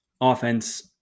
offense